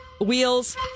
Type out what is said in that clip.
Wheels